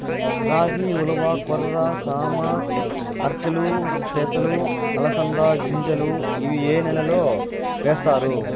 రాగి, ఉలవ, కొర్ర, సామ, ఆర్కెలు, పెసలు, అలసంద గింజలు ఇవి ఏ నెలలో వేస్తారు?